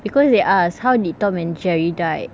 because they ask how did tom and jerry died